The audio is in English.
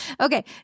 Okay